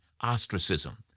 ostracism